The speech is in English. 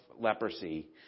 leprosy